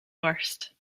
worst